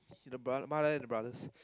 see the mother and the brothers